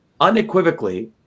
unequivocally